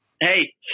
Hey